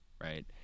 right